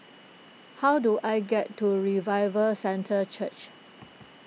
how do I get to Revival Centre Church